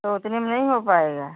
तो उतने में नहीं हो पाएगा